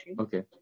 Okay